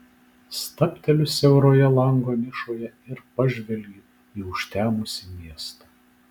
stabteliu siauroje lango nišoje ir pažvelgiu į užtemusį miestą